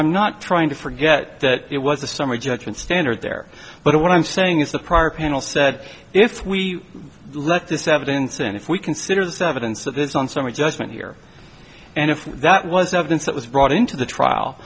i'm not trying to forget that it was a summary judgment standard there but what i'm saying is the prior panel said if we let this evidence and if we consider that evidence of this on summary judgment here and if that was evidence that was brought into the trial